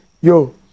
Yo